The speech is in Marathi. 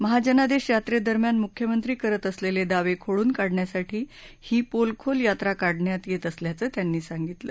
महाजनादेश यात्रे दरम्यान मुख्यमंत्री करत असलेले दावे खोडून काढण्यासाठी ही पोलखोल यात्रा काढण्यात येत असल्याचं त्यांनी सांगितलं